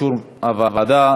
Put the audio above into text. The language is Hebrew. אישור הוועדה),